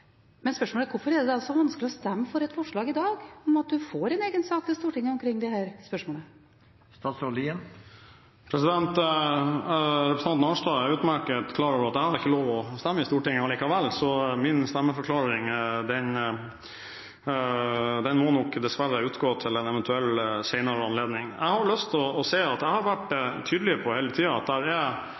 Men spørsmålet er: Hvorfor er det da så vanskelig å stemme for et forslag i dag om at man får en egen sak til Stortinget omkring disse spørsmålene? Representanten Arnstad er utmerket godt klar over at jeg har ikke lov å stemme i Stortinget allikevel, så min stemmeforklaring må nok dessverre utgå til en eventuell senere anledning. Jeg har lyst til å si at jeg har vært tydelig på hele tiden at